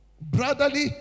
Brotherly